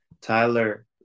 Tyler